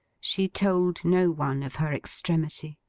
she told no one of her extremity,